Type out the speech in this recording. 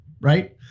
right